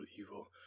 evil